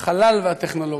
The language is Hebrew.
החלל והטכנולוגיה.